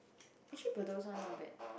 actually bedok's one not bad